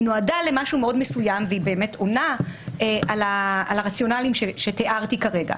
היא נועדה למשהו מאוד מסוים והיא באמת עונה על הרציונלים שתיארתי כרגע.